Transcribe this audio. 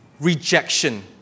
rejection